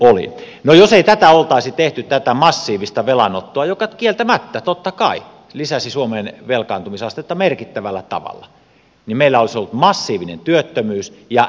no jos ei oltaisi tehty tätä massiivista velanottoa joka kieltämättä totta kai lisäsi suomen velkaantumisastetta merkittävällä tavalla meillä olisivat olleet edessä massiivinen työttömyys ja äärimmäisen suuri lama